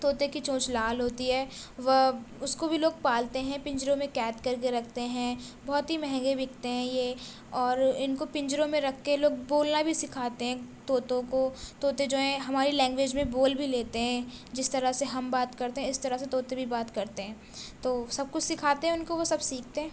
طوطے کی چونچ لال ہوتی ہے وہ اس کو بھی لوگ پالتے ہیں پنجروں میں قید کر کے رکھتے ہیں بہت ہی مہنگے بکتے ہیں یہ اور ان کو پنجروں میں رکھ کے لوگ بولنا بھی سکھاتے ہیں طوطوں کو طوطے جو ہیں ہماری لینگویج میں بول بھی لیتے ہیں جس طرح سے ہم بات کرتے ہیں اس طرح سے طوطے بھی بات کرتے ہیں تو سب کچھ سکھاتے ہیں ان کو وہ سب کچھ سیکھتے ہیں